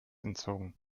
entzogen